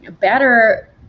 better